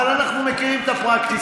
אבל אנחנו מכירים את הפרקטיקה.